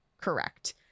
correct